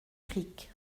cricq